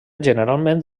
generalment